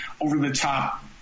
over-the-top